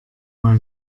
mal